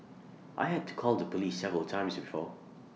I had to call the Police several times before